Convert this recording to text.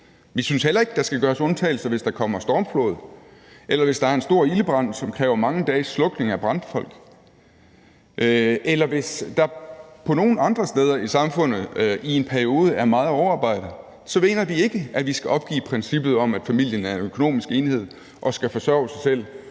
Vi synes heller ikke, der skal gøres undtagelser, hvis der kommer stormflod, eller hvis der er en stor ildebrand, som kræver mange dages slukning af brandfolk, eller hvis der på nogen andre steder i samfundet i en periode er meget overarbejde, mener vi ikke, vi skal opgive princippet om, at familien er en økonomisk enhed og skal forsørge sig selv